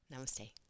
Namaste